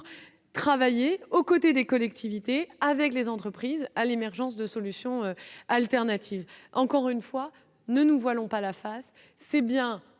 travailler aux côtés des collectivités avec les entreprises à l'émergence de solutions alternatives, encore une fois, ne nous voilons pas la face, c'est bien